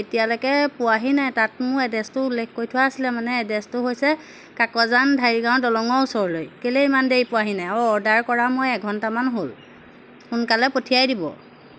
এতিয়ালৈকে পোৱাহি নাই তাত মোৰ এড্ৰেছটো উল্লেখ কৰি থোৱা আছিলে মানে এড্ৰেছটো হৈছে কাকজান ঢাৰিগাঁও দলঙৰ ওচৰলৈ কেলে ইমান দেৰি পোৱাহি নাই আৰু অৰ্ডাৰ কৰা মই এঘণ্টামান হ'ল সোনকালে পঠিয়াই দিব